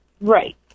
right